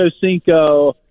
Cinco